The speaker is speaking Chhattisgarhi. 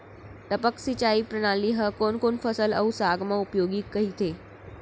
टपक सिंचाई प्रणाली ह कोन कोन फसल अऊ साग म उपयोगी कहिथे?